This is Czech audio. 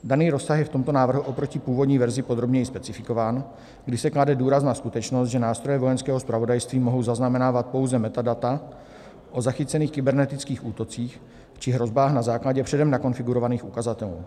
Daný rozsah je v tomto návrhu oproti původní verzi podrobněji specifikován, kdy se klade důraz na skutečnost, že nástroje Vojenského zpravodajství mohou zaznamenávat pouze metadata o zachycených kybernetických útocích či hrozbách na základě předem nakonfigurovaných ukazatelů.